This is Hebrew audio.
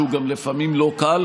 שהוא גם לפעמים לא קל.